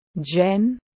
Jen